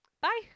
Bye